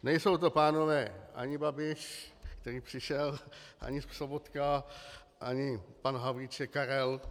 Nejsou to pánové ani Babiš který přišel ani Sobotka, ani pan Havlíček Karel.